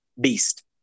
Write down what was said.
Beast